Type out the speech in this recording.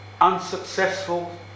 Unsuccessful